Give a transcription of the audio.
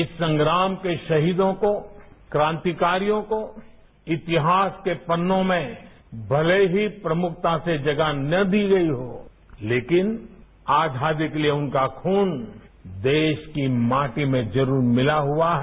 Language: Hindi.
इस संग्राम के शहीदों को क्रांतिकारियों को इतिहास के पन्नों में भले ही प्रमुखता से जगह न दी गई हो लेकिन आजादी के लिए उनका खून देश की माटी में जरूर मिला हुआ है